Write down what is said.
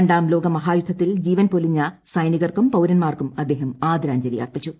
രണ്ടാം ലോകമഹായുദ്ധത്തിൽ ജീവൻ പൊലിഞ്ഞ സൈനികർക്കും പൌരൻമാർക്കും അദ്ദേഹം ആദരാഞ്ജലി അർപ്പിച്ചു